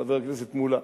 חבר הכנסת מולה,